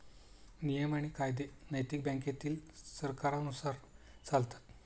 नियम आणि कायदे नैतिक बँकेतील सरकारांनुसार चालतात